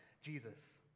Jesus